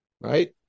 right